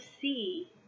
see